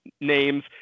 names